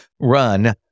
run